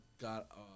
got